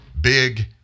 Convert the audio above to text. big